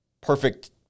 perfect